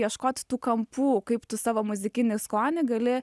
ieškot tų kampų kaip tu savo muzikinį skonį gali